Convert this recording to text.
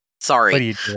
sorry